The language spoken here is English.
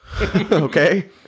Okay